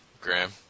Graham